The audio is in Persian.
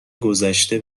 گذشته